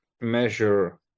measure